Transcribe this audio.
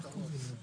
ככה אמר היושב-ראש.